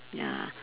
ya